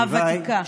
הוותיקה.